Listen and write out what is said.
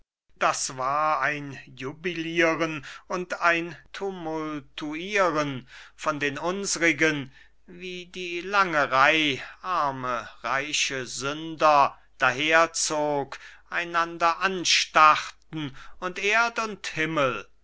das war ein jubilieren und ein tumultuieren von den unsrigen wie die lange reih arme reiche sünder daherzog einander anstarrten und erd und himmel